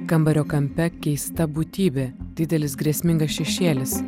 kambario kampe keista būtybė didelis grėsmingas šešėlis